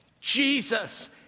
Jesus